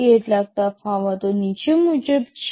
કેટલાક તફાવતો નીચે મુજબ છે